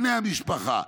בני המשפחה,